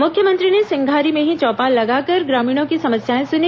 मुख्यमंत्री ने सिंघारी में ही चौपाल लगाकर ग्रामीणों की समस्याएं सुनी